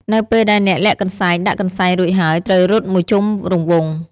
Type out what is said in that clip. នៅពេលដែលអ្នកលាក់កន្សែងដាក់កន្សែងរួចហើយ ត្រូវរត់មួយជុំរង្វង់ ។